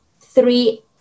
three